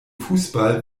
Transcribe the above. fußball